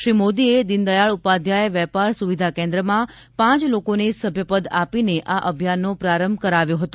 શ્રી મોદીએ દીન દયાળ ઉપાધ્યાય વેપાર સુવિધા કેન્દ્રમાં પાંચ લોકોને સભ્યપદ આપીને આ અભિયાનો પ્રારંભ કરાવ્યો હતો